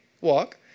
walk